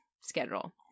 schedule